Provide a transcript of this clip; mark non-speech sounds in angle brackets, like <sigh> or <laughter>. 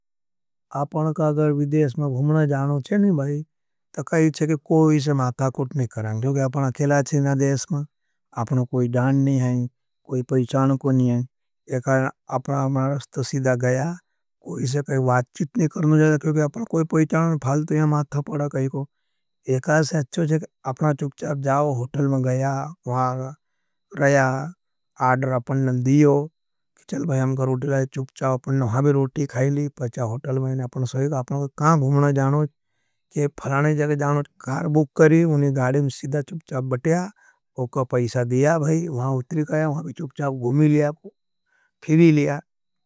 आपका अगर विदेश में भूमना जाना होचे नहीं भाई, तक है कोई से माथा कुट नहीं करें। क्योंकि आपका अखेला हैं इना देश में, आपका कोई डान नहीं हैं, कोई पहिचान कोई नहीं हैं। एकार आपका मेरा रस्त सीधा गया, <hesitation> कोई से कोई वाच्चित नह कर में। अगर अगर आपका शिंप् सामऽप चबभी हो जाना शुड़ें। कुछ बास और अगर तब संगर्सहरण कल, यहां क्योंकि वह रोटी करते हैं, बाज़ाठ कोई ढाना रति करों, ओर अगर एक चोण के प्रेमध करते हैं।